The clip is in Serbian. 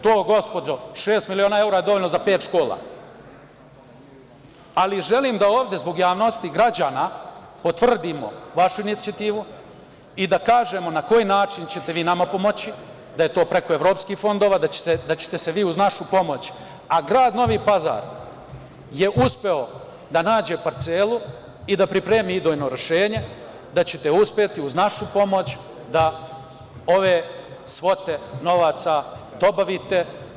To gospodo, šest miliona eura je dovoljno za pet škola, ali želim da ovde zbog javnosti građana potvrdimo vašu inicijativu i da kažemo na koji način ćete vi nama pomoći, da je to preko evropskih fondova, da ćete se vi uz našu pomoć, a grad Novi Pazar je uspeo da nađe parcelu i da pripremi idejno rešenje, da ćete uspeti uz našu pomoć da ove svote novaca dobavite.